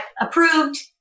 approved